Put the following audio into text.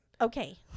Okay